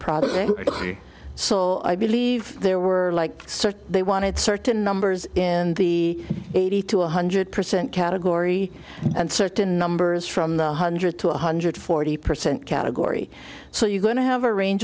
problem so i believe there were like they wanted certain numbers in the eighty to one hundred percent category and certain numbers from the hundred to one hundred forty percent category so you're going to have a range